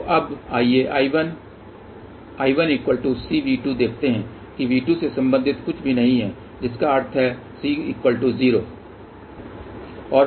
तो अब आइए I1 I1CV2 देखते हैं कि V2 से संबंधित कुछ भी नहीं है जिसका अर्थ है C0